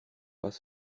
pas